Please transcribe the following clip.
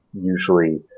usually